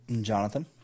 Jonathan